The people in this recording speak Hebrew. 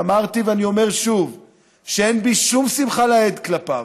שאמרתי ואני אומר שוב שאין בי שום שמחה לאיד כלפיו,